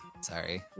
Sorry